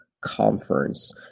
Conference